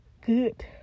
good